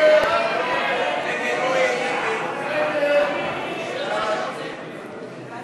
ההסתייגויות לסעיף 27, ביטוח